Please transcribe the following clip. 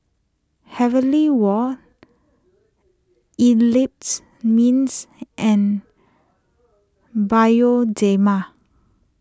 Heavenly Wang Eclipse Mints and Bioderma